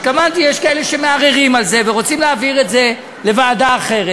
התכוונתי שיש כאלה שמערערים על זה ורוצים להעביר את זה לוועדה אחרת,